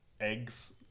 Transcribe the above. eggs